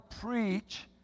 preach